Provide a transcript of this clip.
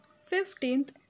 Fifteenth